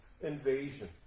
invasion